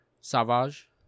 Savage